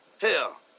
Hell